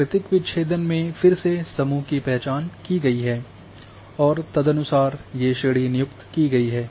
प्राकृतिक विच्छेदन में फिर से समूह की पहचान की गई है और तदनुसार ये श्रेणी नियुक्त की गयी है